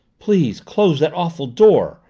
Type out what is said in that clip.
please close that awful door,